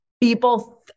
people